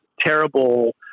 terrible